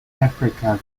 africa